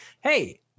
Hey